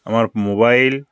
আমার মোবাইল